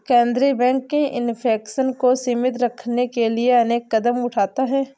केंद्रीय bank inflation को सीमित रखने के लिए अनेक कदम उठाता है